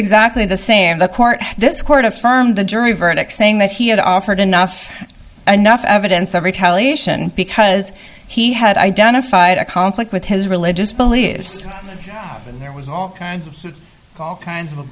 exactly the same the court this court affirmed the jury verdict saying that he had offered enough enough evidence of retaliation because he had identified a conflict with his religious beliefs and there was all kinds of all kinds of